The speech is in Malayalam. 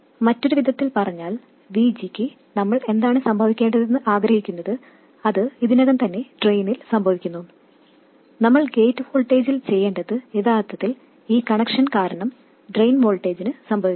മറ്റൊരു വിധത്തിൽ പറഞ്ഞാൽ VG ക്ക് നമ്മൾ എന്താണ് സംഭവിക്കേണ്ടതെന്ന് ആഗ്രഹിക്കുന്നത് അത് ഇതിനകം തന്നെ ഡ്രെയിനിൽ സംഭവിക്കുന്നു നമ്മൾ ഗേറ്റ് വോൾട്ടേജിൽ ചെയ്യേണ്ടത് യഥാർത്ഥത്തിൽ ഈ കണക്ഷൻ കാരണം ഡ്രെയിൻ വോൾട്ടേജിന് സംഭവിക്കുന്നു